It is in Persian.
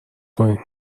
کنین